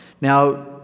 Now